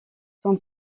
son